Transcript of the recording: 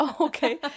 Okay